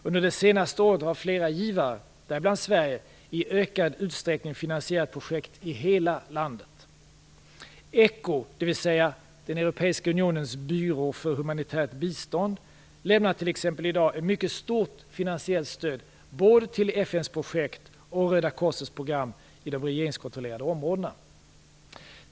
Under det senaste året har flera givare, däribland Sverige, i ökad utsträckning finansierat projekt i hela landet. ECHO, dvs. den europeiska unionens byrå för humanitärt bistånd, lämnar t.ex. i dag ett mycket stort finansiellt stöd både till FN:s projekt och Röda korsets program i de regeringskontrollerade områdena.